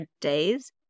days